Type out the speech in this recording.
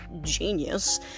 genius